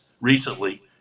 recently